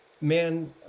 man